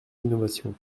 l’innovation